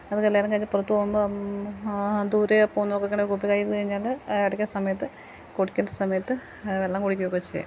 അത് കല്യാണം കഴിഞ്ഞ് പുറത്ത് പോവുമ്പം ദൂരെ പോവുന്നവർക്കൊക്കെയാണെങ്കിൽ കുപ്പി കഴിഞ്ഞാൽ സമയത്ത് കുടിക്കുന്ന സമയത്ത് വെള്ളം കുടിക്കുക ഒക്കെ ചെയ്യും